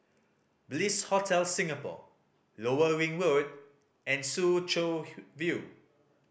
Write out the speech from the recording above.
Bliss Hotel Singapore Lower Ring Road and Soo Chow View